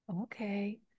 okay